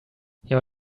your